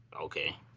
Okay